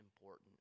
important